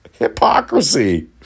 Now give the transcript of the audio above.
Hypocrisy